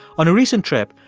on a recent trip,